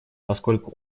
поскольку